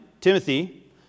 Timothy